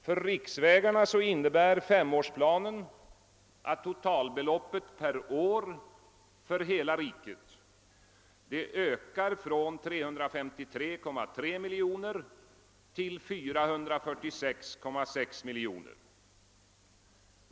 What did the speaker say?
För riksvägarna innebär femårsplanen att totalbeloppet per år för hela riket ökar från 353,3 miljoner till 446,6 miljoner.